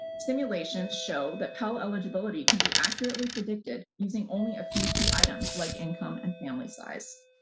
simulations show that pell eligibility can be accurately predicted using only a few key items like income and family size.